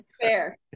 fair